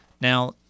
Now